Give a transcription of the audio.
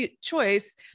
choice